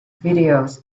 videos